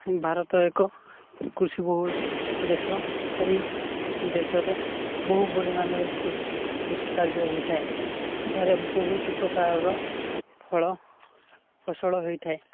ଭାରତ ଏକ କୃଷି ବହୁଳ ଦେଶ ଏହି ଦେଶରେ ବହୁ ପରିମାଣରେ କୃଷି କାର୍ଯ୍ୟ ହେଇଥାଏ ଏଠାରେ ବହୁତ ପ୍ରକାରର ଫଳ ଫସଲ ହୋଇଥାଏ